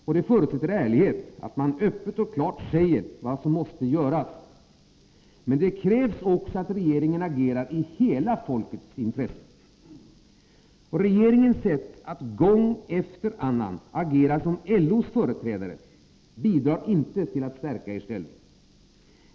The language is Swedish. Och det förutsätter ärlighet, att man öppet och klart säger vad som måste göras. Men det krävs också att regeringen agerar i hela folkets intresse. Regeringens sätt att gång efter annan agera som LO:s företrädare bidrar inte till att stärka er ställning.